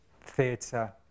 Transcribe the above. theatre